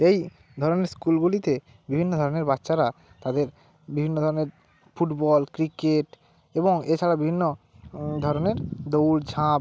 এই ধরনের স্কুলগুলিতে বিভিন্ন ধরনের বাচ্চারা তাদের বিভিন্ন ধরনের ফুটবল ক্রিকেট এবং এছাড়া বিভিন্ন ধরনের দৌড় ঝাঁপ